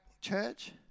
church